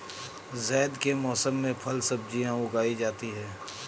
ज़ैद के मौसम में फल सब्ज़ियाँ उगाई जाती हैं